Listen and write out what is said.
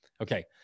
Okay